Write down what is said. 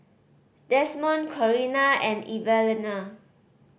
Desmond Corrina and Evalena